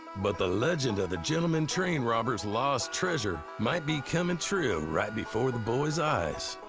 but the legend of the gentlemen train robber's lost treasure might be coming true right before the boys' eyes.